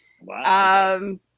Wow